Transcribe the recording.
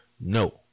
no